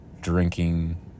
drinking